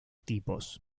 tipos